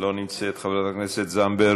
אינה נוכחת, חברת הכנסת זנדברג,